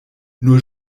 nur